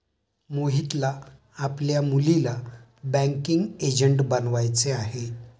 मोहितला आपल्या मुलीला बँकिंग एजंट बनवायचे आहे